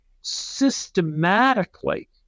systematically